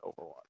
Overwatch